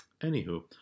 Anywho